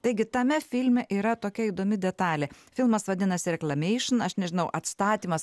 taigi tame filme yra tokia įdomi detalė filmas vadinasi reklameišin aš nežinau atstatymas